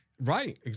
Right